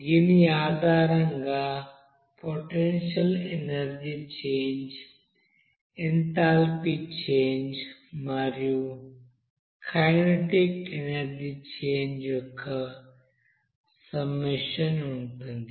దీని ఆధారంగా potential energy change enthalpy change మరియు కైనెటిక్ ఎనర్జీ చేంజ్ యొక్క సమ్మషన్ ఉంటుంది